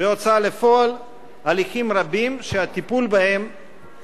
בהוצאה לפועל הליכים רבים שהטיפול בהם